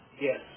Yes